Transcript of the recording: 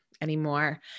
anymore